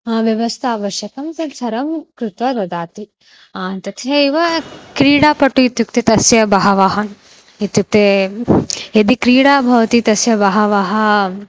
ह व्यवस्था आवश्यकी तत्सर्वं कृत्वा ददाति तथैव क्रीडापटुः इत्युक्ते तस्य बहवः इत्युक्ते यदि क्रीडा भवति तस्य बहवः